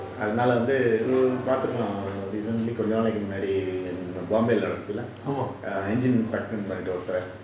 அதனால வந்து பார்த்திருக்கலாம்:athanala vanthu paarthirukalam recently கொஞ்ச நாளைக்கு முன்னாடி:konja naalaiku munnadi mumbai ல நடந்துசுல:la nadanthuchula engine sucked in பன்னிட்டு ஒருத்தர்:pannitu oruthar